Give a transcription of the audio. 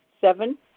Seven